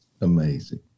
Amazing